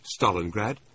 Stalingrad